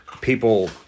people